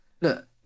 Look